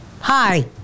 Hi